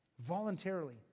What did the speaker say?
Voluntarily